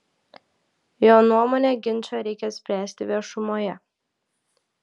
jo nuomone ginčą reikia spręsti viešumoje